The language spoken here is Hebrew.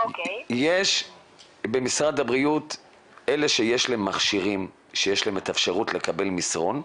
אלה שיש להם מכשירים שיש להם אפשרות לקבל מסרון,